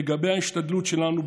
לגבי ההשתדלות שלנו,